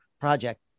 project